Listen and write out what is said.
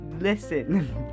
listen